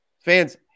Fans